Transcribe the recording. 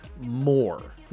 more